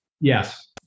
Yes